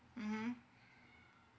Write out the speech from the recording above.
mmhmm